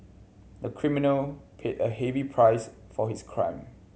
the criminal paid a heavy price for his crime